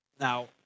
Now